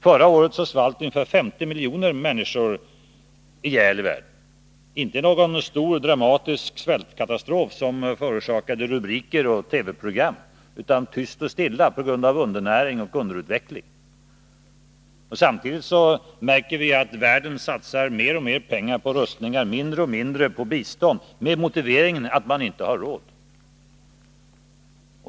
Förra året svalt ungefär 50 miljoner människor ihjäl i världen —-inte i någon stor, dramatisk svältkatastrof som förorsakade rubriker och TV-program, utan tyst och stilla på grund av undernäring och underutveckling. Samtidigt märker vi att världen satsar mer och mer pengar på rustning och mindre och mindre bistånd, med motiveringen att man inte har råd.